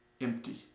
empty